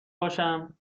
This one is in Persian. باشم